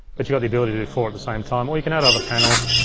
but you got the ability to do four at the same time, or you can add other panels.